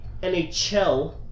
NHL